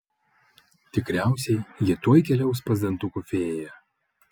tikriausiai jie tuoj keliaus pas dantukų fėją